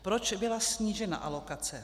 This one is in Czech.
Proč byla snížena alokace?